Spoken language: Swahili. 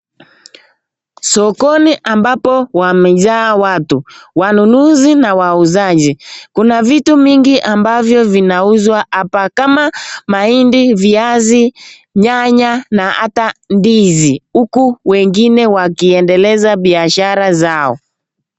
Sokoni ambapo wamejaa watu, wanunuzi na wauzaji. Kuna vitu vingi ambavyo vinauzwa hapa kama mahindi, viazi, nyanya na hata ndizi huku wengine wakiendeleza biashara zao.